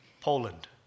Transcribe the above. Poland